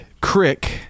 Crick